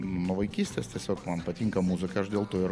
nuo vaikystės tiesiog man patinka muzika aš dėl to ir